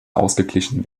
ausgeglichen